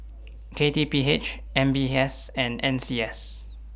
K T P H M B S and N C S